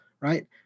right